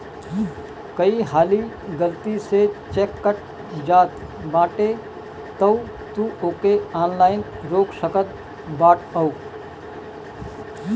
कई हाली गलती से चेक कट जात बाटे तअ तू ओके ऑनलाइन रोक सकत बाटअ